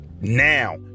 now